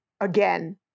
again